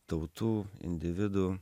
tautų individų